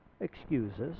excuses